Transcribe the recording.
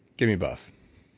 give me both.